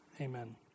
amen